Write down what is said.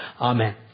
amen